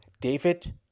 David